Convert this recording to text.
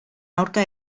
aurka